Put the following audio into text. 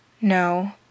No